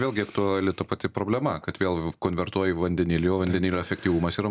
vėlgi aktuali ta pati problema kad vėl konvertuoji į vandenilį o vandenilio efektyvumas yra